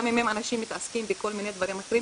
גם אם הם אנשים שמתעסקים בכל מיני דברים אחרים.